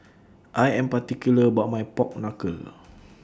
I Am particular about My Pork Knuckle